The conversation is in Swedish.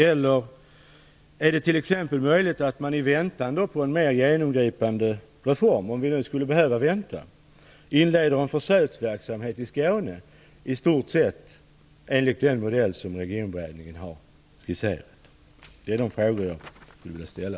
Eller: Är det t.ex. möjligt att i väntan på en mer genomgripande reform - om vi nu skulle behöva vänta - att inleda en försöksverksamhet i Skåne i stort sett enligt den modell som Regionberedningen har skisserat? Det är de frågor som jag vill ställa.